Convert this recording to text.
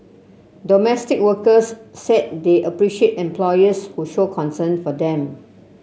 domestic workers said they appreciate employers who show concern for them